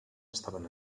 estaven